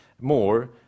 more